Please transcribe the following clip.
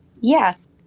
Yes